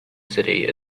city